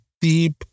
deep